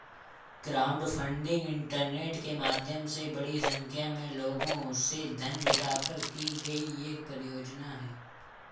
crowdfunding internet के माध्यम से बड़ी संख्या में लोगों से धन जुटाकर की गई एक परियोजना है